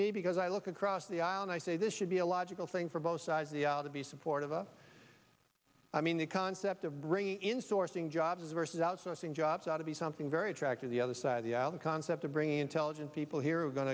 me because i look across the aisle and i say this should be a logical thing for both sides the out of the support of us i mean the concept of bringing in sourcing jobs versus outsourcing jobs ought to be something very attractive the other side of the aisle the concept of bringing intelligent people here is going